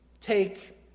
take